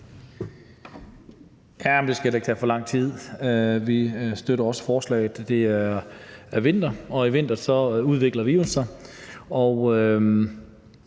skal heller ikke tage for lang tid. Vi støtter også forslaget. Det er vinter, og om vinteren udvikler virus sig,